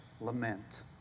lament